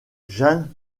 jeanne